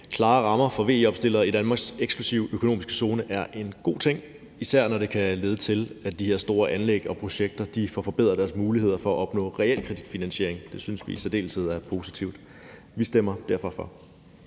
Klare rammer for VE-opstillere i Danmarks eksklusive økonomiske zone er en god ting, især når det kan lede til, at de her store anlæg og projekter får forbedret deres muligheder for at opnå realkreditfinansiering. Det synes vi i særdeleshed er positivt. Vi stemmer derfor for.